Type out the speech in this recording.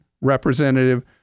representative